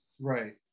Right